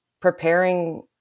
preparing